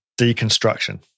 deconstruction